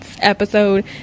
episode